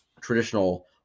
traditional